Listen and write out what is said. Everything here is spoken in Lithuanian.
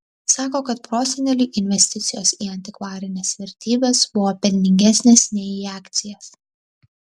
sako kad proseneliui investicijos į antikvarines vertybes buvo pelningesnės nei į akcijas